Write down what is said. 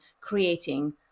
creating